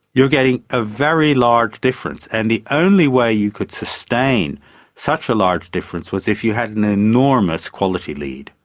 you're getting a very large difference. and the only way you could sustain such a large difference was if you had an enormous quality lead,